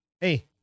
Hey